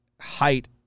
height